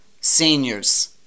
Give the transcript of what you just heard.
Seniors